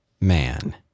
Man